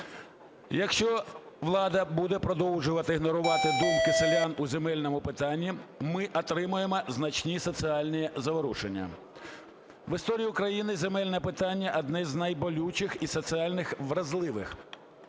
Якщо влада буде продовжувати ігнорувати думки селян у земельному питанні, ми отримаємо значні соціальні заворушення. В історії України земельне питання – одне з найболючиших і соціально вразливих.